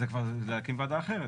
אז זה להקים ועדה אחרת.